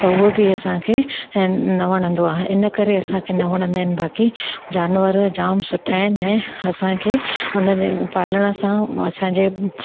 त उहो बि असांखे ऐं न वणंदो आहे इन करे असांखे न वणंदा आहिनि बाक़ी जानवर जाम सुठा आहिनि न ऐं असांखे हुननि जे पालण सां असांजे